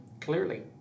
clearly